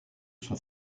son